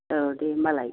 औ दे होनबालाय